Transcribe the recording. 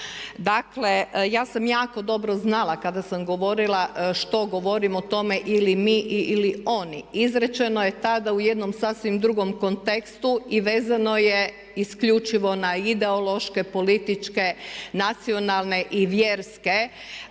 Dakle, ja sam jako dobro znala kada sam govorila što govorim o tome ili mi ili oni. Izrečeno je tada u jednom sasvim drugom kontekstu i vezano je isključivo na ideološke, političke, nacionalne i vjerske